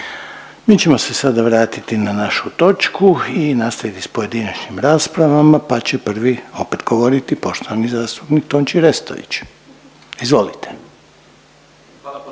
Mi ćemo se sada vratiti na našu točku i nastaviti s pojedinačnim raspravama pa će prvi opet govoriti poštovani zastupnik Tonči Restović. Izvolite.